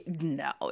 No